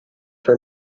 were